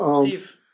Steve